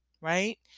right